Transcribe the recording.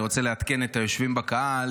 אני רוצה לעדכן את היושבים בקהל,